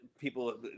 people